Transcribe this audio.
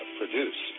produce